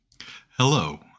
Hello